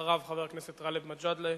אחריו, חבר הכנסת גאלב מג'אדלה,